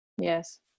Yes